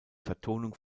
vertonung